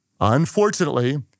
Unfortunately